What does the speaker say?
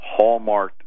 hallmarked